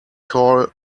call